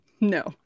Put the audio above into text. No